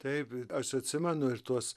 taip aš atsimenu ir tuos